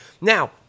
Now